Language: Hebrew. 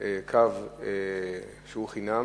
קו חינם,